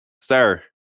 sir